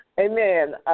amen